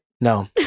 No